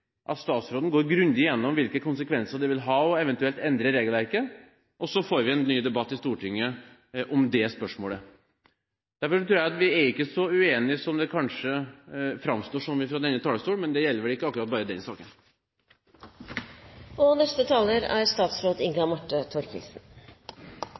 at statsråden går grundig igjennom hvilke konsekvenser det eventuelt vil ha å endre regelverket, og så får vi en ny debatt i Stortinget om det spørsmålet. Jeg tror at vi ikke er så uenige som vi kanskje framstår som fra denne talerstolen, men det gjelder vel ikke akkurat bare denne saken. Det er